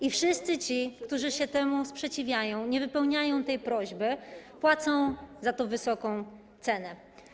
I wszyscy ci, którzy się temu sprzeciwiają, nie wypełniają tej prośby, płacą za to wysoką cenę.